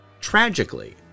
tragically